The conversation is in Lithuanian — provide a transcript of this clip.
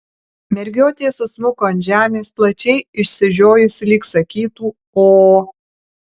mergiotė susmuko ant žemės plačiai išsižiojusi lyg sakytų o